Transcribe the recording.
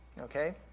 okay